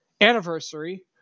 anniversary